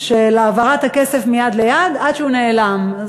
של העברת הכסף מיד ליד עד שהוא נעלם.